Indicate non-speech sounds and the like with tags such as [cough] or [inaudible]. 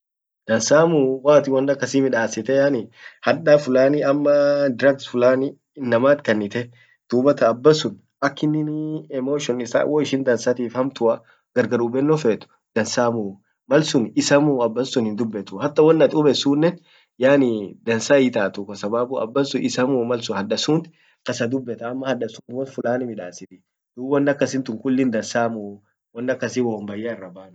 dansamuu waatin won akasi midassite yaani hadda fulani amaa drugs fulani innamat kannite dubattan abbansun inin [hesitation] emotions issa woishin dansatif hamtua gargar hubbenno fet dansamuu mal sun issamuu abbansun hin dubbetuu hata won at hubbet sunnen yaani dansa hiitatuu kwa sababu abbansun isamuu mal sun haddasunt kasa dubbeta ama hadda sunt kasa midassati dub won akasin sun kullin dansamuu won akasi wom bayya irrabanuu.